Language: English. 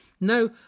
Now